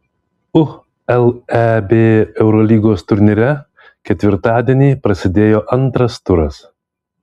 uleb eurolygos turnyre ketvirtadienį prasidėjo antras turas